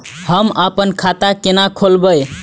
हम आपन खाता केना खोलेबे?